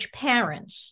parents